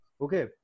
Okay